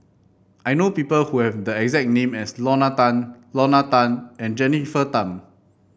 I know people who have the exact name as Lorna Tan Lorna Tan and Jennifer Tham